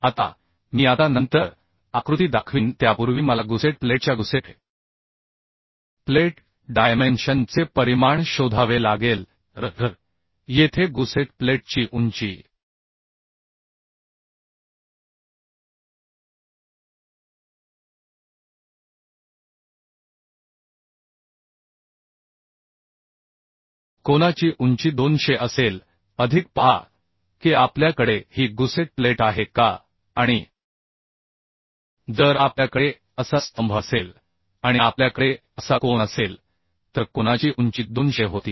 आता मी आता नंतर आकृती दाखवीन त्यापूर्वी मला गुसेट प्लेटच्या गुसेट प्लेट डायमेन्शन चे परिमाण शोधावे लागेल तर येथे गुसेट प्लेटची उंची कोनाची उंची 200 असेल अधिक पहा की आपल्याकडे ही गुसेट प्लेट आहे का आणि जर आपल्याकडे असा स्तंभ असेल आणि आपल्याकडे असा कोन असेल तर कोनाची उंची 200 होती